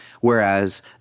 Whereas